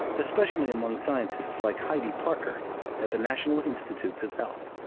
especially among scientists like heidi parker at the national institutes of health.